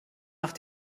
nach